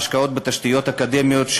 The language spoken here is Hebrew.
ההשקעות בתשתיות אקדמיות,